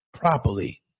Properly